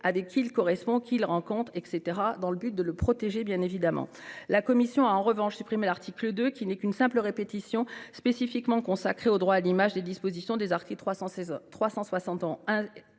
avec qui il correspond ou qui il rencontre, dans le but de le protéger. En revanche, la commission a supprimé l'article 2, qui n'est qu'une simple répétition, spécifiquement consacrée au droit à l'image, des dispositions des articles 371-1 et 372